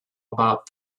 about